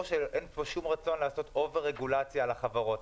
שאין פה שום רצון לעשות אובר-רגולציה על החברות.